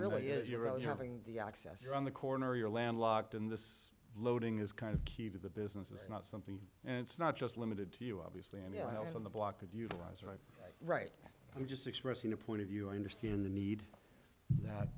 really is you're all you having the access around the corner you're landlocked in this loading is kind of key to the business it's not something and it's not just limited to you obviously anyone else on the block could utilize right right i'm just expressing a point of view i understand the need